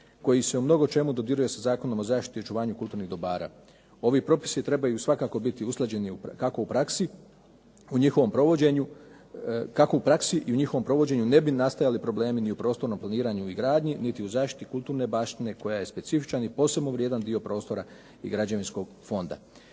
koji se u mnogo čemu dodiruje sa Zakonom o zaštiti i očuvanju kulturnih dobara. Ovi propisi trebaju svakako biti usklađeni kako u praksi, u njihovom provođenju, kako u praksi i u njihovom provođenju ne bi nastajali problemi ni u prostornom planiranju i gradnji, niti u zaštiti kulturne baštine koja je specifičan i posebno vrijedan dio prostora i građevinskog fonda.